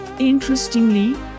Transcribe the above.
Interestingly